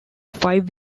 five